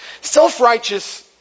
Self-righteous